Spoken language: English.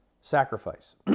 sacrifice